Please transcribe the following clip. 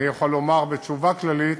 אני יכול לומר בתשובה כללית